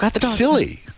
silly